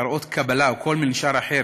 להראות קבלה או כל מנשר אחר